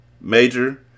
Major